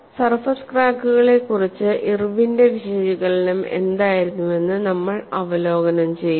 surface ക്രാക്കുകളെക്കുറിച്ച് ഇർവിന്റെ വിശകലനം എന്തായിരുന്നുവെന്ന് നമ്മൾ അവലോകനം ചെയ്യും